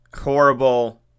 horrible